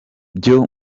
byo